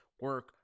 Work